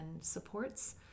supports